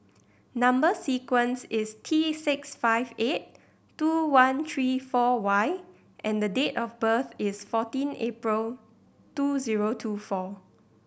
number sequence is T six five eight two one three four Y and date of birth is fourteen April two zero two four